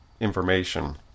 information